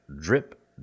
drip